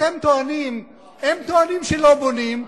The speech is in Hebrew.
הם טוענים שלא בונים,